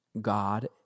God